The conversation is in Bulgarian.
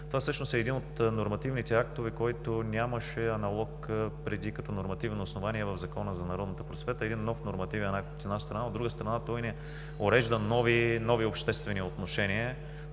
Това всъщност е един от нормативните актове, който нямаше аналог преди като нормативно основание в Закона за народната просвета, един нов нормативен акт, от една страна. От друга страна, той не урежда нови обществени отношения